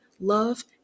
love